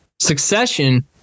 succession